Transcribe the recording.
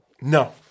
No